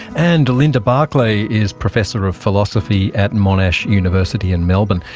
and linda barclay is professor of philosophy at monash university in melbourne.